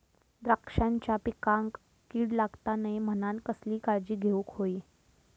द्राक्षांच्या पिकांक कीड लागता नये म्हणान कसली काळजी घेऊक होई?